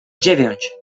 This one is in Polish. dziewięć